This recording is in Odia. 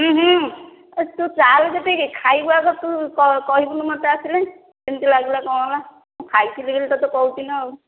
ଆରେ ତୁ ଚାଲ ସେଠିକି ଖାଇବୁ ଆଗ ତୁ କ କହିବୁନୁ ମୋତେ ଆସିଲେ କେମିତି ଲାଗିଲା କଣ ହେଲା ମୁଁ ଖାଇଥିଲି ବୋଲି ତୋତେ କହୁଛିନା ଆଉ